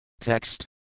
Text